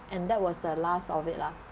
and that was the last of it lah